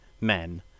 men